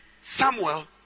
Samuel